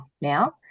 now